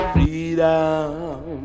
Freedom